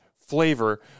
flavor